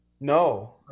No